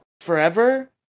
forever